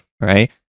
right